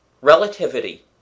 Relativity